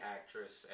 Actress